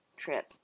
trip